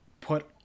put